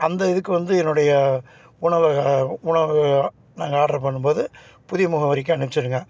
அந்த இதுக்கு வந்து என்னுடைய உணவக உணவு நாங்கள் ஆர்டர் பண்ணணும் போது புதிய முகவரிக்கு அனுப்பிச்சிடுங்க